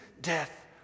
death